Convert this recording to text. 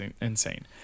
insane